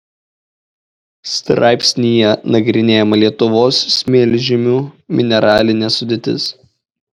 straipsnyje nagrinėjama lietuvos smėlžemių mineralinė sudėtis